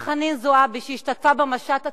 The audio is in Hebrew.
חברת הכנסת חנין זועבי, שהשתתפה במשט הטרור,